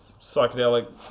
psychedelic